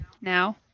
now